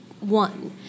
one